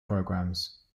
programs